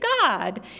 God